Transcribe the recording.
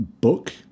book